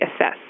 assess